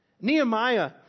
Nehemiah